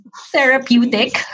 therapeutic